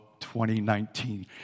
2019